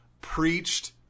preached